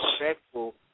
respectful